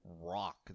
Rock